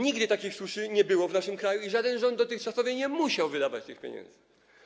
Nigdy takiej suszy nie było w naszym kraju i żaden rząd dotychczasowy nie musiał wydawać tych pieniędzy.